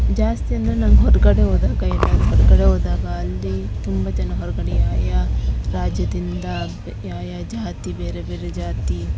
ಜಾಸ್ತಿ ಅಂದರೆ ನಾನು ಹೊರಗಡೆ ಹೋದಾಗ ಎಲ್ಲಾದರು ಹೊರಗಡೆ ಹೋದಾಗ ಅಲ್ಲಿ ತುಂಬ ಜನ ಹೊರಗಡೆ ಯಾವ ರಾಜ್ಯದಿಂದ ಯಾವ ಜಾತಿ ಬೇರೆ ಬೇರೆ ಜಾತಿ